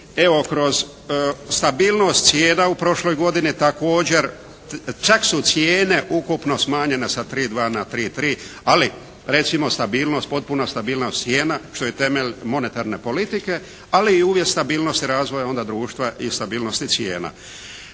Evo, kroz stabilnost cijena u prošloj godini također čak su cijene ukupno smanjene sa tri-dva na tri-tri, ali recimo stabilnost, potpuna stabilnost cijena, što je temelj monetarne politike ali i uvjet stabilnosti razvoja onda društva i stabilnosti cijena.